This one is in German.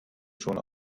schon